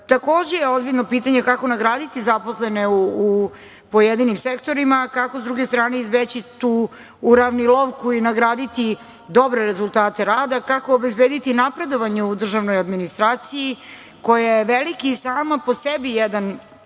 nivou. Takođe, ozbiljno je pitanje kako nagraditi zaposlene u pojedinim sektorima i kako, s druge strane, izbeći tu uravnilovku i nagraditi dobre rezultate rada, kako obezbediti napredovanje u državnoj administraciji, koja je veliki i sama po sebi jedan